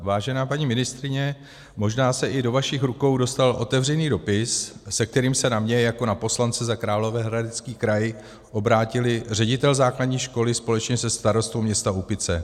Vážená paní ministryně, možná se i do vašich rukou dostal otevřený dopis, se kterým se na mě jako na poslance za Královéhradecký kraj obrátili ředitel základní školy společně se starostou města Úpice.